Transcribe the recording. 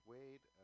Wade